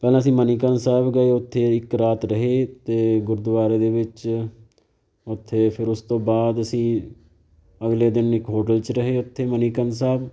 ਪਹਿਲਾਂ ਅਸੀਂ ਮਨੀਕਰਨ ਸਾਹਿਬ ਗਏ ਉੱਥੇ ਇੱਕ ਰਾਤ ਰਹੇ ਅਤੇ ਗੁਰਦੁਆਰੇ ਦੇ ਵਿੱਚ ਉੱਥੇ ਫਿਰ ਉਸ ਤੋਂ ਬਾਅਦ ਅਸੀਂ ਅਗਲੇ ਦਿਨ ਇੱਕ ਹੋਟਲ 'ਚ ਰਹੇ ਉੱਥੇ ਮਨੀਕਰਨ ਸਾਹਿਬ